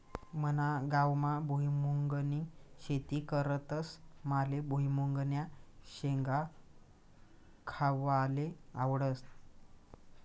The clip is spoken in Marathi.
मना गावमा भुईमुंगनी शेती करतस माले भुईमुंगन्या शेंगा खावाले आवडस